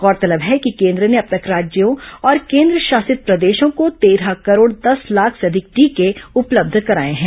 गौरतलब है कि केंद्र ने अब तक राज्यों और केंद्रशासित प्रदेशों को तेरह करोड़ दस लाख से अधिक टीके उपलब्ध कराएं है